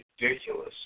ridiculous